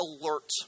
alert